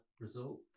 result